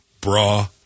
bra